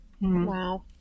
wow